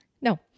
no